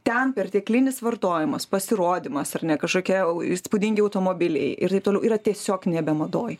ten perteklinis vartojimas pasirodymas ar ne kažkokie įspūdingi automobiliai ir taip toliau yra tiesiog nebe madoj